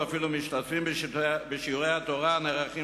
ואפילו משתתפים בשיעורי התורה הנערכים